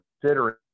considering